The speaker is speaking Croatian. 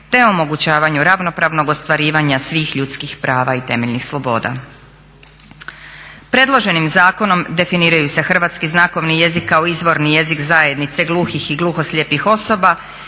te omogućavanju ravnopravnog ostvarivanja svih ljudskih prava i temeljnih sloboda. Predloženim zakonom definiraju se hrvatski znakovni jezik kao izvorni jezik zajednice gluhih i gluhoslijepih osoba